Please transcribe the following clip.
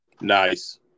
Nice